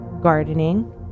gardening